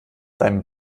dein